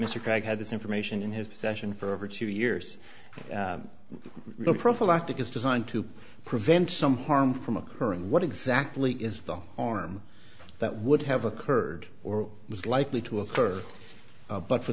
craig had this information in his possession for over two years real prophylactic is designed to prevent some harm from occurring what exactly is the harm that would have occurred or was likely to occur but for